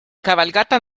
cabalgata